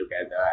together